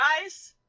guys